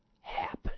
happen